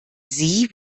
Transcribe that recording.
sie